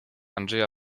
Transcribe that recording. andrzeja